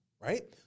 right